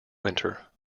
winter